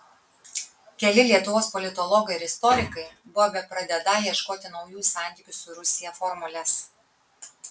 keli lietuvos politologai ir istorikai buvo bepradedą ieškoti naujų santykių su rusija formulės